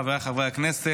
חבריי חברי הכנסת,